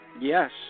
Yes